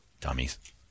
dummies